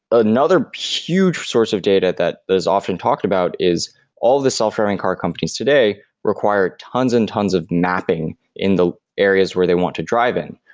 another huge source of data that is often talked about is all the software in car companies today require tons and tons of mapping in the areas where they want to drive in.